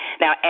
Now